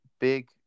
big